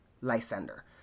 Lysander